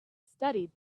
studied